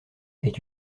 est